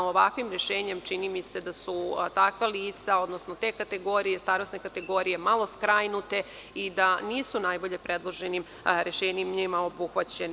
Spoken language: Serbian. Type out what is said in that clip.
Ovakvim rešenjem čini mi se da su takva lica, odnosno te starosne kategorije malo skrajnute i da nisu najbolje predloženim rešenjima obuhvaćeni.